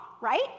right